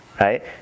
Right